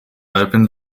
opened